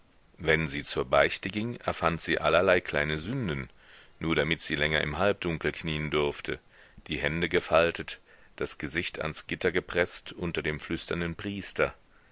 wenn sie zur beichte ging erfand sie allerlei kleine sünden nur damit sie länger im halbdunkel knien durfte die hände gefaltet das gesicht ans gitter gepreßt unter dem flüsternden priester